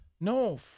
No